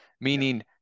meaning